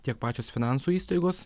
tiek pačios finansų įstaigos